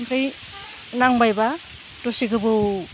ओमफ्राय नांबायबा दसे गोबाव